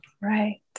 Right